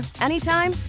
anytime